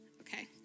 Okay